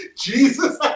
Jesus